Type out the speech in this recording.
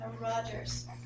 Rogers